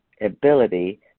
Ability